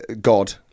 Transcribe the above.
God